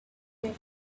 that